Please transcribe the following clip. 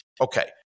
Okay